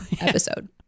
episode